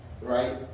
right